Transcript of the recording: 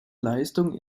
leistung